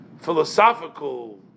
philosophical